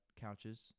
couches